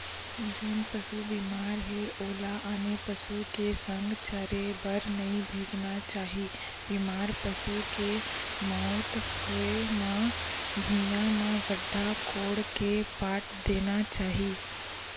जेन पसु बेमार हे ओला आने पसु के संघ चरे बर नइ भेजना चाही, बेमार पसु के मउत होय म भुइँया म गड्ढ़ा कोड़ के पाट देना चाही